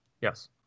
Yes